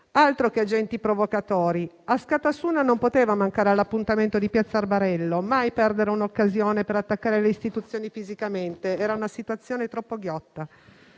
altro che agenti provocatori: Askatasuna non poteva mancare all'appuntamento di piazza Arbarello, mai perdere un'occasione per attaccare le Istituzioni fisicamente, era una situazione troppo ghiotta.